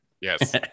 Yes